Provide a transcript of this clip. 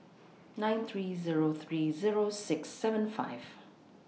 nine three Zero three Zero six seven five